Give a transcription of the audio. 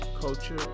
culture